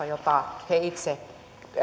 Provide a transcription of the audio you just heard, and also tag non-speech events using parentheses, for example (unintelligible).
(unintelligible) jota he itse